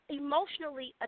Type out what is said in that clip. emotionally